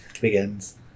begins